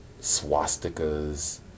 swastikas